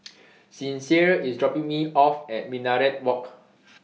Sincere IS dropping Me off At Minaret Walk